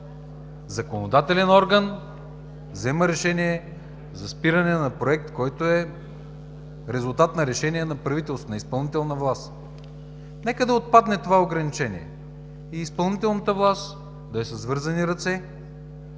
законодателен орган взима решение за спиране на проект, който е резултат на решение на правителството, на изпълнителна власт. Нека да отпадне това ограничение и изпълнителната власт да е с вързани ръце,